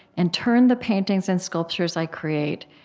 and turn the paintings and sculptures i create,